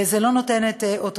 זה לא נותן את אותותיו,